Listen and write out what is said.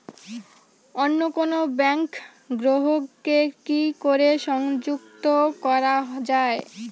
অন্য কোনো ব্যাংক গ্রাহক কে কি করে সংযুক্ত করা য়ায়?